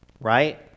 right